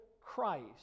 Christ